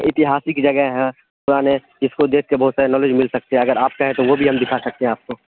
اتہاسک جگہ ہے پرانے جس کو دیکھ کے بہت سارے نالج مل سکتے ہیں اگر آپ کہیں تو وہ بھی ہم دکھا سکتے ہیں آپ کو